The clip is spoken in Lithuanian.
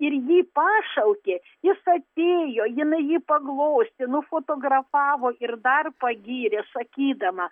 ir jį pašaukė jis atėjo jinai jį paglostė nufotografavo ir dar pagyrė sakydama